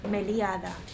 Meliada